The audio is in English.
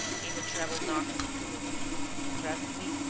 gave a treble knock at the door and, presently,